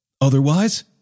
Otherwise